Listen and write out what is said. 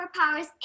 superpowers